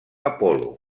apol·lo